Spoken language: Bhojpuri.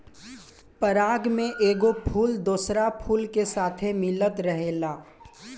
पराग में एगो फूल दोसरा फूल के साथे मिलत रहेला